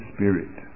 Spirit